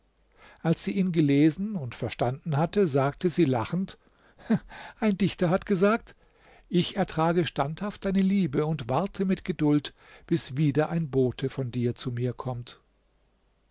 als sie ihn gelesen und verstanden hatte sagte sie lachend ein dichter hat gesagt ich ertrage standhaft deine liebe und warte mit geduld bis wieder ein bote von dir zu mir kommt